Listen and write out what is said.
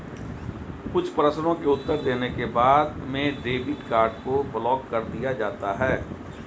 कुछ प्रश्नों के उत्तर देने के बाद में डेबिट कार्ड को ब्लाक कर दिया जाता है